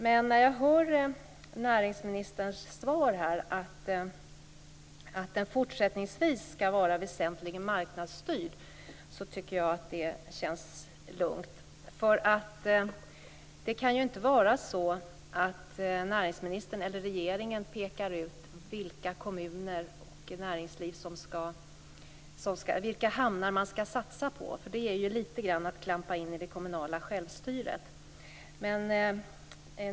Men när jag hör näringsministerns svar, att det fortsättningsvis skall var väsentligen marknadsstyrt, tycker jag att det känns lugnt. Det kan ju inte vara så att näringsmininstern eller regeringen pekar ut vilka hamnar man skall satsa på. Det vore ju lite grann att klampa in på det kommunala självstyret.